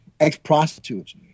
ex-prostitutes